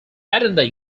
attended